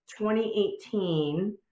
2018